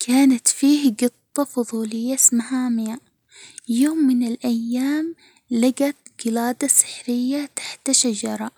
كانت فيه جطة فظولية اسمها مياء، يوم من الأيام لجت قلادة سحرية تحت شجرة،